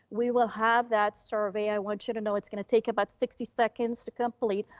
we will have that survey. i want you to know it's gonna take about sixty seconds to complete,